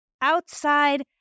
outside